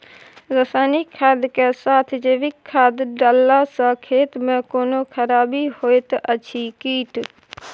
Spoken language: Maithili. रसायनिक खाद के साथ जैविक खाद डालला सॅ खेत मे कोनो खराबी होयत अछि कीट?